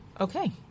Okay